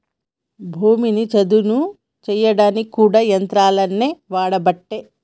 భూమిని చదును చేయడానికి కూడా యంత్రాలనే వాడబట్టే